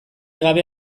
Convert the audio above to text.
gabe